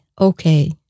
okay